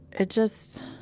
it just,